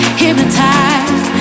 hypnotized